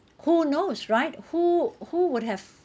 who knows right who who would have